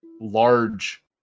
large